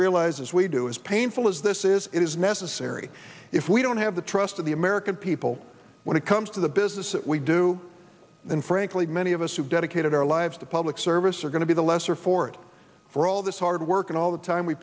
realize as we do as painful as this is it is necessary if we don't have the trust of the american people when it comes to the business that we do and frankly many of us who dedicated our lives to public service are going to be the lesser for it for all this hard work and all the time we